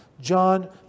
John